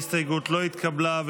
ההסתייגות לא התקבלה.